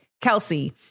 Kelsey